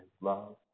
love